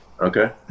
Okay